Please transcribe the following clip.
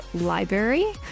library